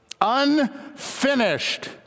Unfinished